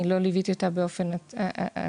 אני לא ליוויתי אותה באופן אישי,